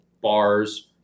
bars